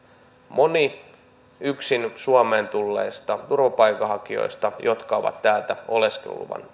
moni yksin suomeen tulleista turvapaikanhakijoista joka on täältä oleskeluluvan